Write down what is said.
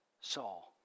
Saul